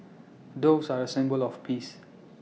doves are A symbol of peace